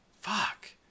Fuck